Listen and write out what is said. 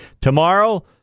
Tomorrow